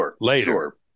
later